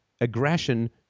aggression